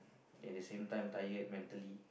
at the same time tired mentally